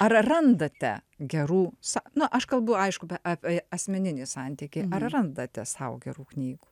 ar randate gerų sau na aš kalbu aišku apie asmeninį santykį randate sau gerų knygų